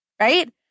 right